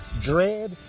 dread